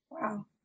Wow